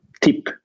tip